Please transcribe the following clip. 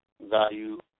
value